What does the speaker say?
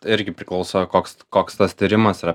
irgi priklauso koks koks tas tyrimas yra